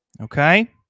Okay